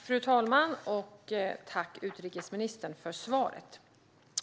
Fru talman! Tack, utrikesministern, för svaret!